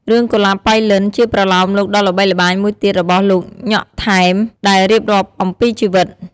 រឿងកុលាបប៉ៃលិន ជាប្រលោមលោកដ៏ល្បីល្បាញមួយទៀតរបស់ លោក ញ៉ុក ថែម ដែលរៀបរាប់អំពីជីវិត។